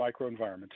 microenvironments